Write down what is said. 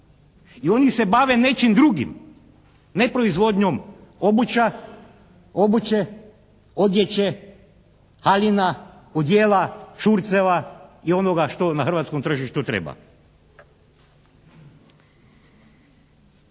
i oni se bave nečim drugim, ne proizvodnjom obuće, odjeće, haljina, odijela, šurceva i onoga što na hrvatskom tržištu treba.